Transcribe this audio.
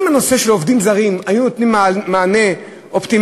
אם הנושא של עובדים זרים היה נותן מענה אופטימלי,